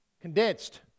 Condensed